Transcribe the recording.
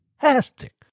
fantastic